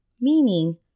Meaning